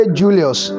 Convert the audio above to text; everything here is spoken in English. julius